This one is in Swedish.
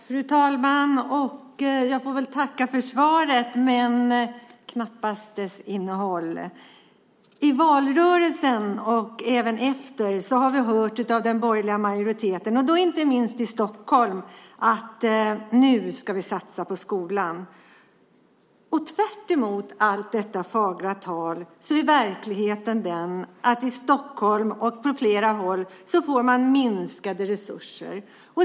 Fru talman! Jag får väl tacka för svaret men knappast för dess innehåll. I valrörelsen och även efter har vi hört av den borgerliga majoriteten, inte minst i Stockholm, att nu ska vi satsa på skolan. Tvärtemot allt detta fagra tal är verkligheten den att man i Stockholm och på flera håll får minskade resurser.